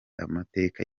amateka